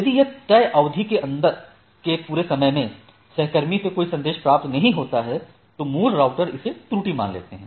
यदि तय अवधी के पूरे समय में सहकर्मी से कोई संदेश प्राप्त नहीं होता है तो मूल राउटर इसे त्रुटि मान लेता है